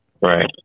Right